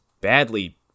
badly